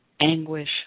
anguish